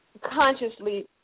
consciously